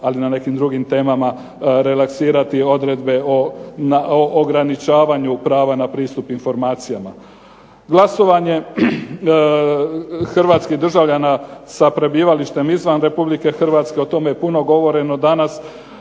ali na nekim drugim temama relaksirati odredbe o ograničavanju prava na pristup informacijama. Glasovanje hrvatskih državljana sa prebivalištem izvan Republike Hrvatske o tome je puno govoreno danas.